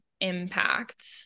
impact